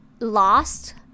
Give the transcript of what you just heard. Lost